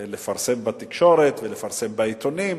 לפרסם בתקשורת ולפרסם בעיתונים: